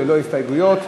ללא הסתייגויות,